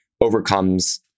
overcomes